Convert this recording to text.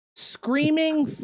Screaming